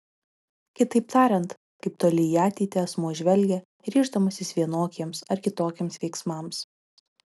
kitaip tariant kaip toli į ateitį asmuo žvelgia ryždamasis vienokiems ar kitokiems veiksmams